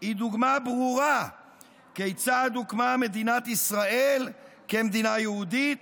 היא דוגמה ברורה כיצד הוקמה מדינת ישראל כמדינה יהודית,